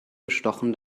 bestochen